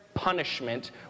punishment